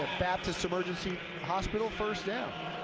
the fastest emergency hospital first down